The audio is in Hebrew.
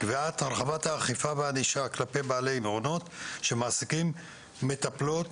קביעת הרחבת האכיפה והענישה כלפי בעלי מעונות שמעסיקים מטפלות